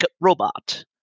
robot